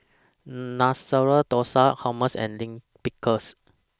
Masala Dosa Hummus and Lime Pickle